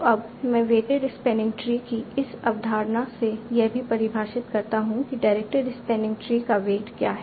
तो अब मैं वेटेड स्पैनिंग ट्री की इस अवधारणा से यह भी परिभाषित करता हूं कि डायरेक्टेड स्पैनिंग ट्री का वेट क्या है